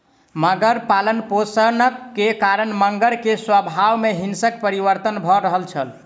मगर पालनपोषण के कारण मगर के स्वभाव में हिंसक परिवर्तन भ रहल छल